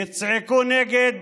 יצעקו נגד